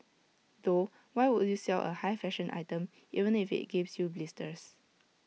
though why would you sell A high fashion item even if IT gives you blisters